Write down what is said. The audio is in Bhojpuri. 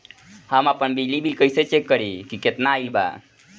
हम आपन बिजली बिल कइसे चेक करि की केतना आइल बा?